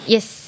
Yes